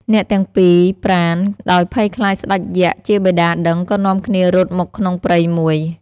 អ្នកទាំងពីរប្រាណ ដោយភ័យខ្លាចស្ដេចយក្ខជាបិតាដឹង ក៏នាំគ្នារត់មកក្នុងព្រៃមួយ។